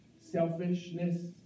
selfishness